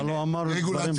אבל הוא אמר דברים ברורים.